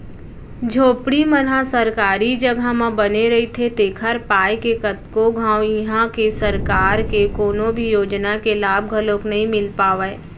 झोपड़ी मन ह सरकारी जघा म बने रहिथे तेखर पाय के कतको घांव इहां के सरकार के कोनो भी योजना के लाभ घलोक नइ मिल पावय